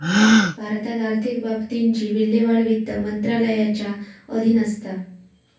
भारतात आर्थिक बाबतींची विल्हेवाट वित्त मंत्रालयाच्या अधीन असता